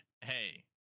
hey